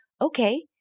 Okay